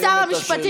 אדוני שר המשפטים,